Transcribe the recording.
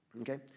Okay